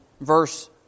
verse